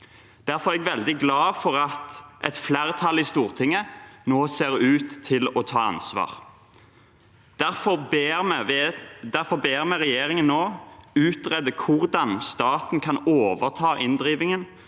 Derfor er jeg veldig glad for at et flertall i Stortinget nå ser ut til å ta ansvar. Derfor ber vi regjeringen nå utrede hvordan staten kan overta inndrivingen